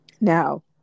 Now